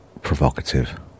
provocative